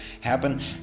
happen